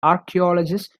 archaeologist